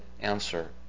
answer